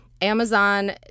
Amazon